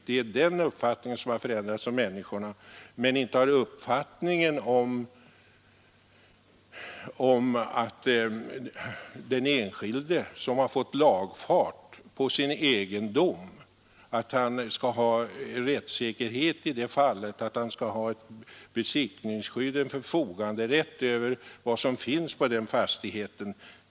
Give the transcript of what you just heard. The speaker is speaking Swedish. Det är den uppfattningen som har förändrats hos människorna, men inte har uppfattningen om att den enskilde, som har fått lagfart på sin egendom, skall ha rättssäkerhet i det fallet och att han skall ha ett besittningsskydd, en förfoganderätt över vad som finns på den fastigheten, förändrats.